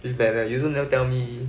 which banner you also never tell me